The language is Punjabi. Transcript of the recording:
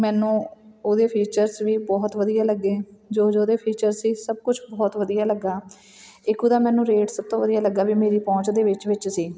ਮੈਨੂੰ ਉਹਦੇ ਫੀਚਰਸ ਵੀ ਬਹੁਤ ਵਧੀਆ ਲੱਗੇ ਜੋ ਜੋ ਉਹਦੇ ਫੀਚਰ ਸੀ ਸਭ ਕੁਛ ਬਹੁਤ ਵਧੀਆ ਲੱਗਾ ਇੱਕ ਉਹਦਾ ਮੈਨੂੰ ਰੇਟ ਸਭ ਤੋਂ ਵਧੀਆ ਲੱਗਾ ਵੀ ਮੇਰੀ ਪਹੁੰਚ ਦੇ ਵਿੱਚ ਵਿੱਚ ਸੀ